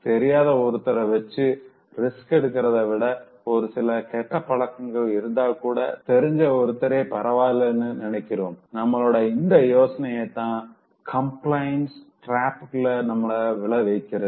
தெரியாத ஒருத்தர வச்சி ரிஸ்க் எடுக்கிறத விட ஒருசில கெட்ட பழக்கங்கள் இருந்தாகூட தெரிஞ்ச ஒருத்தரே பரவாயில்லனு நினைக்கிறோம் நம்மளோட இந்த யோசனைதா கம்பிளியன்ஸ் டிராப்குள்ள நம்மள விழ வைக்கிது